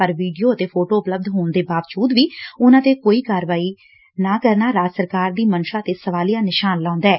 ਪਰ ਵੀਡੀਓ ਅਤੇ ਫੋਟੋ ਉਪਲੱਬਧ ਹੋਣ ਦੇ ਬਾਵਜੁਦ ਵੀ ਉਨਾਂ ਤੇ ਕੋਈ ਕਾਰਵਾਈ ਨਾ ਕਰਨਾ ਰਾਜ ਸਰਕਾਰ ਦੀ ਮਨਸ਼ਾ ਤੇ ਸਵਾਲੀਆ ਨਿਸ਼ਾਨ ਲਾਉਦੈ